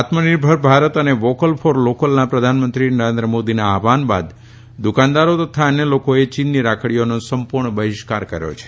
આત્મ નિર્ભર ભારત અને વોકલ ફોર લોકલના પ્રધાનમંત્રી નરેન્દ્ર મોદીના આહવાન બાદ દુકાનદારો તથા અન્ય લોકોએ ચીનની રાખડીઓનો સંપુર્ણ બહિષ્કાર કર્યો છે